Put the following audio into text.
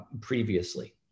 previously